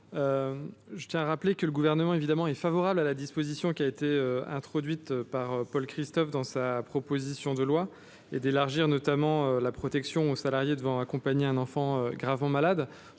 Je tiens à le rappeler, le Gouvernement est favorable à la disposition introduite par Paul Christophe dans sa proposition de loi et visant à élargir la protection des salariés devant accompagner un enfant gravement malade.